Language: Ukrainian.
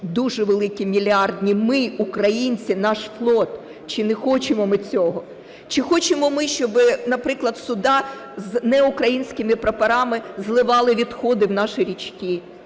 дуже великі, мільярдні, ми українці, наш флот, чи не хочемо ми цього. Чи хочемо ми щоб, наприклад, судна з не українськими прапорами зливали відходи в наші річки.